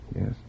Yes